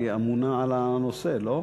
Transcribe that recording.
היא אמונה על הנושא, לא?